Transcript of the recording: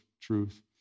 truth